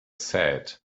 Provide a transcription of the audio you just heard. said